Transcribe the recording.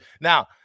Now